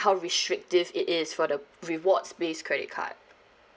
how restrictive it is for the rewards base credit card